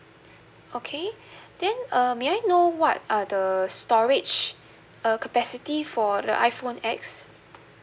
okay then uh may I know what are the storage uh capacity for the iphone X